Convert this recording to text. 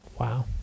Wow